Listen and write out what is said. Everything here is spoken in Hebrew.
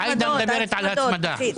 עאידה מדברת על הצמדה.